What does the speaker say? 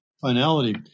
finality